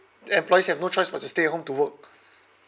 the employees have no choice but to stay at home to work